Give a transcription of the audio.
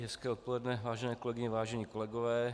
Hezké odpoledne, vážené kolegyně, vážení kolegové.